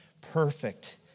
perfect